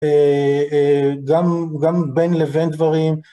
הא, גם בין לבין דברים.